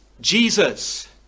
Jesus